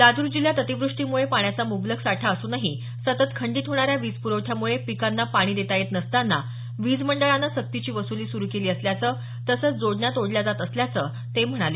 लातूर जिल्ह्यात अतिवृष्टीमुळे पाण्याचा मुबलक साठा असूनही सतत खंडित होणाऱ्या वीज प्रवठ्यामुळे पिकांना पाणी देता येत नसताना वीज मंडळानं सक्तीची वसुली सुरू केली असल्याचं तसंच जोडण्या तोडल्या जात असल्याचं ते म्हणाले